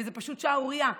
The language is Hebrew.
וזה פשוט שערורייה.